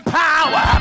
power